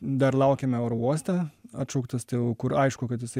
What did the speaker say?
dar laukiame oro uoste atšauktas tai jau kur aišku kad jisai